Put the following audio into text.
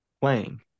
playing